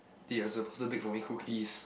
did a bake for me cookies